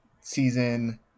season